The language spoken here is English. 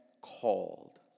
called